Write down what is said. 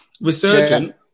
resurgent